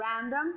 random